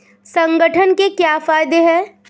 संगठन के क्या फायदें हैं?